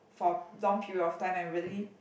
for long period of time and really